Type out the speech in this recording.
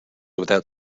without